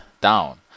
down